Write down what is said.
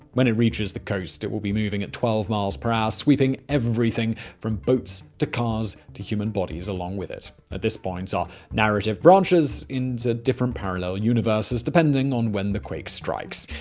when it reaches the coast, it will be moving at twelve miles per hour, sweeping everything from boats to cars to human bodies along with it. at this point, our narrative branches into different parallel universes, depending on when the quake strikes.